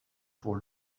pour